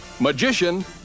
magician